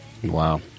wow